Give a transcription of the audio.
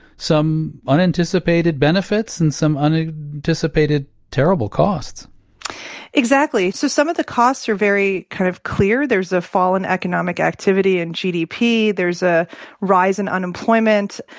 some unanticipated benefits and some unanticipated, terrible costs exactly. so some of the costs are very, kind of, clear. there's a fallen economic activity in gdp, there's a rise in unemployment.